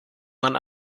man